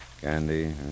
Candy